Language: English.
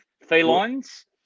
felines